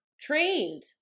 trained